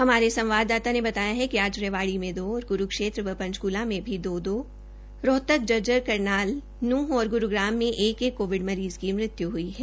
हमारे संवाददाता ने बताया है कि रेवाड़ी में दो और कुरूक्षेत्र व पंचकूला में भी दो दो रोहतक झज्जर करनाल नूहं और गुरूग्राम में एक एक कोविड मरीज की मृत्यु हुई है